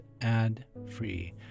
ad-free